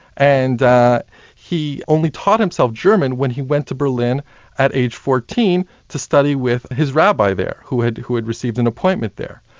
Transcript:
and he only taught himself german when he went to berlin at age fourteen to study with his rabbi there, who had who had received an appointment there.